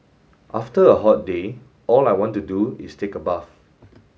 after a hot day all I want to do is take a bath